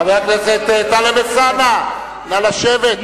חבר הכנסת טלב אלסאנע, נא לשבת.